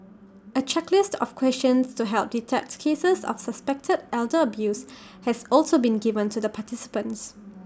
A checklist of questions to help detect cases of suspected elder abuse has also been given to the participants